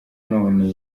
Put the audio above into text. none